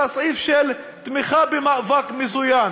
על הסעיף של תמיכה במאבק מזוין.